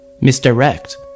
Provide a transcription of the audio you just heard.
misdirect